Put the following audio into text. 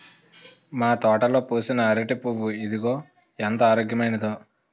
మా తోటలో పూసిన అరిటి పువ్వు ఇదిగో ఎంత ఆరోగ్యమైనదో